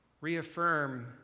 reaffirm